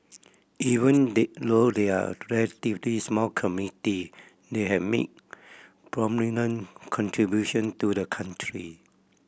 even they though they are a relatively small community they have made prominent contribution to the country